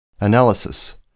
Analysis